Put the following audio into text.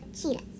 cheetahs